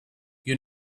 you